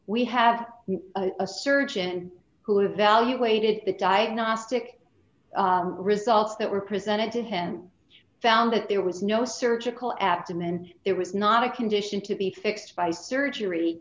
we have a surgeon who evaluated the diagnostic results that were presented to him found that there was no surgical abdomen and it was not a condition to be fixed by surgery